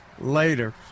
Later